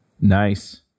Nice